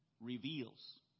reveals